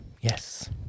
Yes